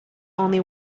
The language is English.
only